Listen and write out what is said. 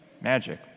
magic